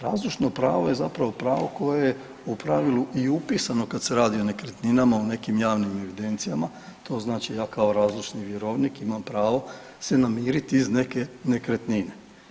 Razlučno pravo je zapravo pravo koje je u pravilu i upisano kad se radi o nekretninama u nekim javnim evidencijama, to znači ja kao razlučni vjerovnik imam pravo se namiriti iz neke nekretnine.